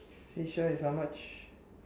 shisha is how much